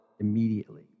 immediately